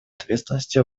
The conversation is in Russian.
ответственности